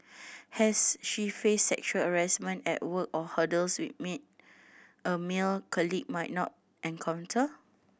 has she faced sexual harassment at work or hurdles which a meant a male colleague might not encounter